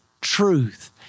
truth